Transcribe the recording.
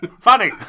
Funny